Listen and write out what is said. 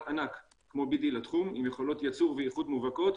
ענק כמו BD לתחום עם יכולות ייצור ואיכות מובהקות,